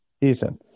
Ethan